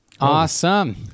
awesome